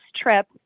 trip